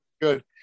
good